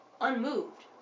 unmoved